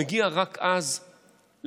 מגיע רק אז לכנסת.